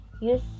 use